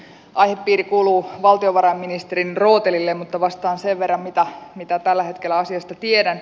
aihepiiri kuuluu valtiovarainministerin rootelille mutta vastaan sen verran mitä tällä hetkellä asiasta tiedän